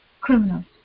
criminals